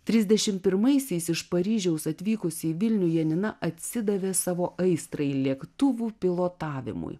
trisdešimt pirmaisiais iš paryžiaus atvykusi į vilnių janina atsidavė savo aistrai lėktuvų pilotavimui